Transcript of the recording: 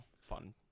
fun